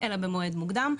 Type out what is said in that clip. אלא במועד מוקדם.